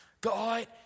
God